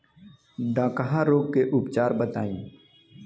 डकहा रोग के उपचार बताई?